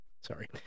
Sorry